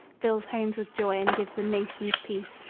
fills homes with joy and gives the nations peace,